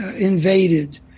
invaded